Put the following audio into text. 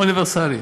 אוניברסלי.